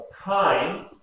time